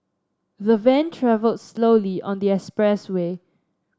the van travelled slowly on the expressway